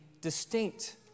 distinct